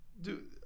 Dude